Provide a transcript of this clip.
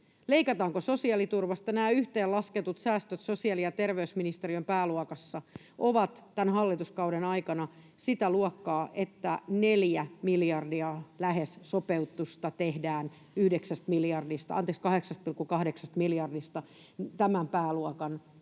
Leikataanko sosiaaliturvasta? Nämä yhteenlasketut säästöt sosiaali- ja terveysministeriön pääluokassa ovat tämän hallituskauden aikana sitä luokkaa, että lähes neljä miljardia sopeutusta tehdään 8,8 miljardista tämän pääluokan